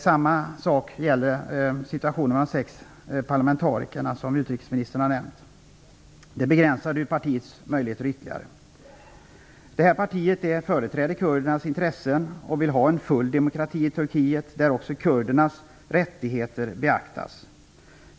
Samma sak gäller situationen med de sex parlamentarikerna som utrikesministern har nämnt. Detta begränsade partiets möjligheter ytterligare. Det här partiet företräder kurdernas intressen och vill ha full demokrati i Turkiet där också kurdernas rättigheter beaktas.